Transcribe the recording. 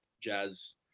jazz